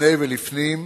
לפני ולפנים,